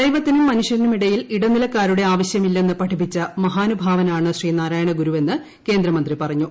ദൈവത്തിനും മനുഷ്യനുമിടയിൽ ഇടനിലക്കാരുടെ ആവശ്യമില്ലെന്ന് പഠിപ്പിച്ച മഹാനുഭാവനാണ് ശ്രീനാരായണ ഗുരുവെന്ന് കേന്ദ്രമന്ത്രി പറഞ്ഞു